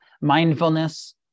Mindfulness